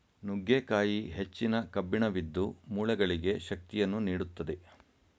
ನುಗ್ಗೆಕಾಯಿ ಹೆಚ್ಚಿನ ಕಬ್ಬಿಣವಿದ್ದು, ಮೂಳೆಗಳಿಗೆ ಶಕ್ತಿಯನ್ನು ನೀಡುತ್ತದೆ